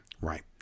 Right